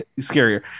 scarier